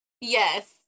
Yes